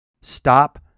Stop